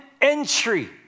entry